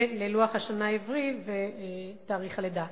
ללוח השנה העברי ולתאריך הלידה.